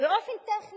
באופן טכני